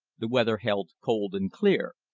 the weather held cold and clear.